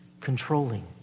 controlling